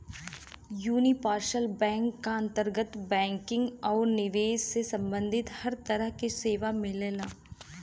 universal bank क अंतर्गत banking आउर निवेश से सम्बंधित हर तरह क सेवा मिलला